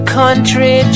country